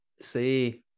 Say